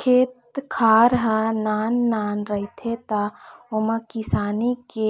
खेत खार ह नान नान रहिथे त ओमा किसानी के